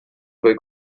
suoi